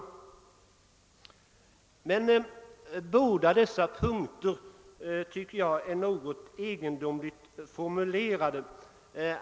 I fråga om båda dessa punkter tycker jag att reservationerna är egendomligt formulerade.